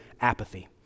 apathy